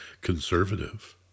conservative